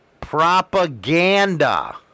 Propaganda